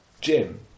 Jim